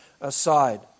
aside